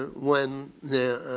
when they're